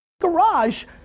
garage